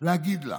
להגיד לך: